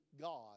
God